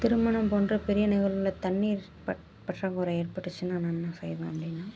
திருமணம் போன்ற பெரிய நிகழ்வுகளில் தண்ணீர் பற்றாக்குறை ஏற்பட்டுத்துனா நான் என்ன செய்வேன் அப்படின்னா